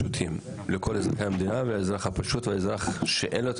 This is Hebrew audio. לכל אזרחי המדינה והאזרח הפשוט והאזרח שאין לו את